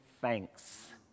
thanks